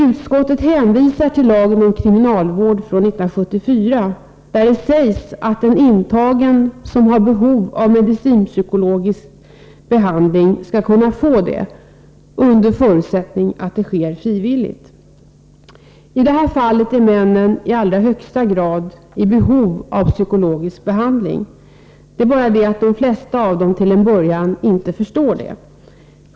Utskottet hänvisar till lagen om kriminalvård från 1974, där det sägs att en intagen som har behov av medicinpsykologisk behandling skall kunna få sådan under förutsättning att den sker frivilligt. I det här fallet är männen i allra högsta grad i behov av psykologisk behandling. Det är bara det att de flesta av dem till en början inte förstår det.